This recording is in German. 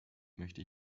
möchte